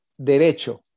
derecho